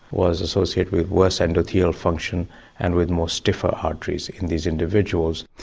was associated with worse endothelial function and with more stiffer arteries in these individuals.